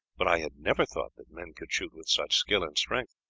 but i had never thought that men could shoot with such skill and strength.